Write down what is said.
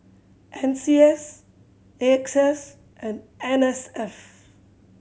N C S AXS and N S F